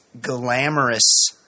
glamorous